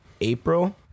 April